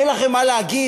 אין לכם מה להגיד.